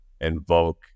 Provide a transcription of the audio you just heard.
invoke